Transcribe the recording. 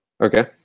Okay